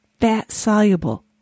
fat-soluble